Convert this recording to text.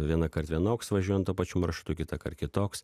vienąkart vienoks važiuojant tuo pačiu maršrutu kitąkart kitoks